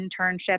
internship